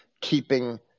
keeping